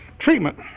treatment